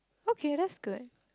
okay that's good